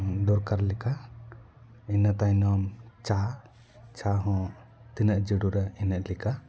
ᱫᱚᱨᱠᱟᱨ ᱞᱮᱠᱟ ᱤᱱᱟᱹ ᱛᱟᱭᱱᱚᱢ ᱪᱟ ᱪᱟ ᱦᱚᱸ ᱛᱤᱱᱟᱹᱜ ᱡᱟᱹᱨᱩᱲᱟ ᱤᱱᱟᱹᱜ ᱞᱮᱠᱟ